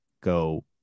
go